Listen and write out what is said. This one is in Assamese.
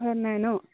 হয় নাই ন